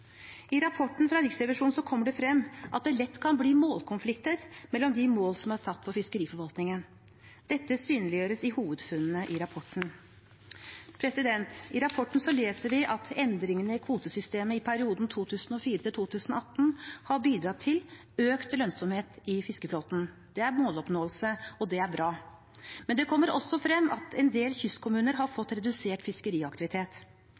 I rapporten fra Riksrevisjonen kommer det frem at det lett kan bli målkonflikter mellom de mål som er satt for fiskeriforvaltningen. Dette synliggjøres i hovedfunnene i rapporten. I rapporten leser vi at endringene i kvotesystemet i perioden 2004–2018 har bidratt til økt lønnsomhet i fiskeflåten. Det er måloppnåelse, og det er bra. Men det kommer også frem at en del kystkommuner har fått redusert fiskeriaktivitet,